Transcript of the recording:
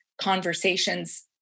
conversations